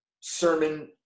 sermon